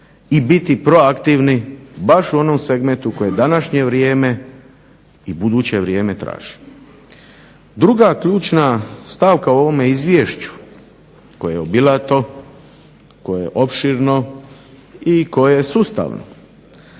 i biti proaktivni baš u onom segmentu koje današnje vrijeme i buduće vrijeme traži. Druga ključna stavka u ovome Izvješću koje je obilato i koje je opširno i koje je sustavno,